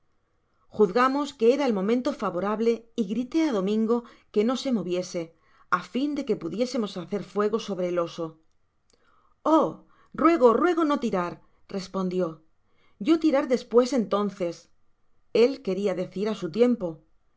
juzgamos que era el momento favorable y grité á domingo que no se moviese á fin de que pudiésemos hacer fuego sobre el oso oh ruego ruego no tirar respondio yo tirar despues entonces el queria decir á su tiempo sin